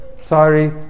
Sorry